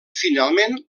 finalment